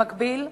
במקביל,